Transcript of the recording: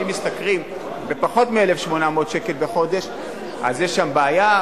אם משתכרים פחות מ-1,800 שקלים בחודש אז יש שם בעיה,